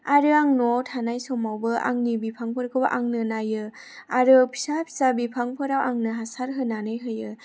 आरो आं न'आव थानाय समावबो आंनि बिफांफोरखौ आंनो नायो आरो फिसा फिसा बिफांफोराव आंनो हासार होनानै होयो